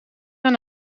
aan